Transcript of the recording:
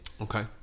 Okay